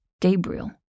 Gabriel